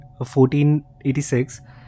1486